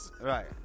Right